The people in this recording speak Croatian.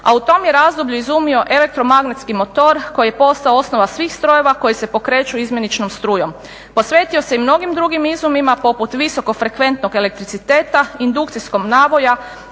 a u tom je razdoblju izumio elektromagnetski motor koji je postao osnova svih strojeva koji se pokreću izmjeničnom strujom. Posvetio se i mnogim drugim izumima poput visoko frekventnog elektriciteta, indukcijskog naboja